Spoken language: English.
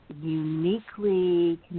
uniquely